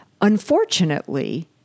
Unfortunately